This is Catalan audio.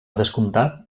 descomptat